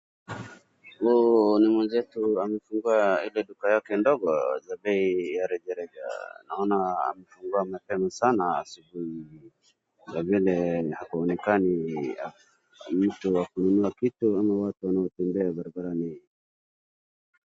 Ni mwezetu amefungua ile duka yake ndogo za bei ya rejareja. Naona amefungua mapema sana asubuhi ni vile haonekani ni mtu wa kununua kitu ama watu wanaotembea barabarani.